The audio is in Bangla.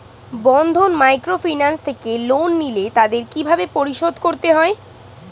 বন্ধন মাইক্রোফিন্যান্স থেকে লোন নিলে তাদের কিভাবে পরিশোধ করতে হয়?